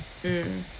mm